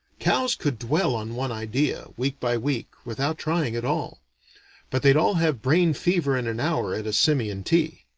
cows could dwell on one idea, week by week, without trying at all but they'd all have brain-fever in an hour at a simian tea.